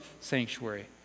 sanctuary